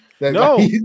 No